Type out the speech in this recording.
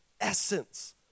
essence